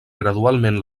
gradualment